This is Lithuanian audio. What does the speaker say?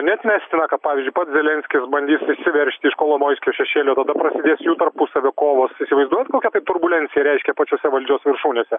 neatmestina kad pavyzdžiui pats zelenskis bandys išsiveržti iš kolomoiskio šešėlio tada prasidės jų tarpusavio kovos įsivaizduojat kokia turbulencija reiškia pačiose valdžios viršūnėse